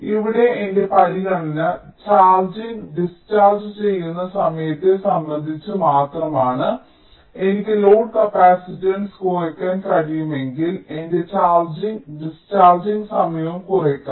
ഇവിടെ എന്റെ പരിഗണന ചാർജിംഗ് ഡിസ്ചാർജ് ചെയ്യുന്ന സമയത്തെ സംബന്ധിച്ച് മാത്രമാണ് എനിക്ക് ലോഡ് കപ്പാസിറ്റൻസ് കുറയ്ക്കാൻ കഴിയുമെങ്കിൽ എന്റെ ചാർജിംഗ് ഡിസ്ചാർജിംഗ് സമയവും കുറയ്ക്കാം